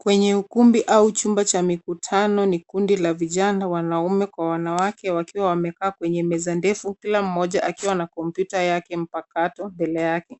Kwenye ukumbi au chumba cha mikutano ni kundi la vijana wanaume kwa wanawake wakiwa wamekaa kwenye meza ndefu kila mmoja akiwa na kompyuta yake mpakato, mbele yake.